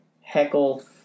heckle